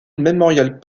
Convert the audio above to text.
memorial